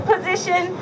position